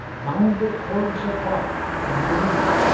bound with cords of bark over the knee,